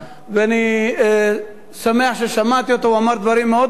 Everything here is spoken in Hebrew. אני שמח ששמעתי אותו, הוא אמר דברים מאוד ברורים,